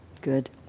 Good